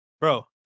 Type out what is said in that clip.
Bro